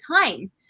time